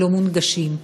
לא מונגשים.